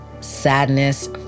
sadness